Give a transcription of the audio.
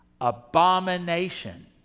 abomination